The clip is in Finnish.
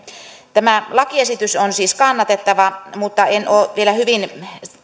tämä lakiesitys on siis kannatettava mutta en ole vielä hyvin